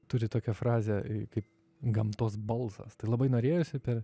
turi tokią frazę kaip gamtos balsas tai labai norėjosi per